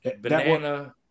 banana